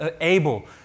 able